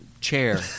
chair